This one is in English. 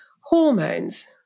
hormones